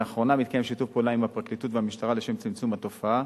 לאחרונה מתקיים שיתוף פעולה עם הפרקליטות והמשטרה לצמצום התופעה.